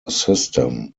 system